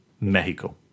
mexico